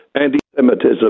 anti-Semitism